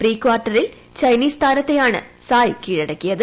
pre ക്വാർട്ടറിൽ Chinese താരത്തെയാണ് സായ് കീഴടക്കിയത്